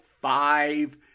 five